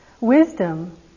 Wisdom